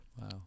Wow